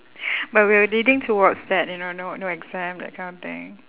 but we are leading towards that you know no no exam that kind of thing